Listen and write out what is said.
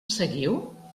seguiu